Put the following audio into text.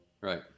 Right